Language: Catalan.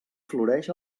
floreix